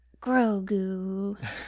Grogu